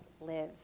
live